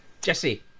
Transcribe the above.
Jesse